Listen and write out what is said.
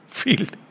field